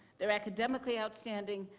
they are academically outstanding.